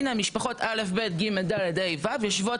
הנה משפחות א' ב' ג' ד' ה' ו' יושבות